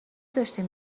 داشتیم